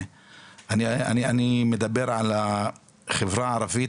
אני מדבר על החברה הערבית,